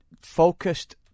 focused